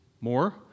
More